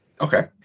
Okay